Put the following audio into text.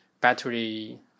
battery